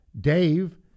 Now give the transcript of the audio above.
Dave